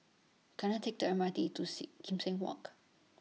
Can I Take The M R T to See Kim Seng Walk